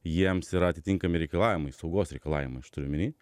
jiems yra atitinkami reikalavimai saugos reikalavimai aš turiu omeny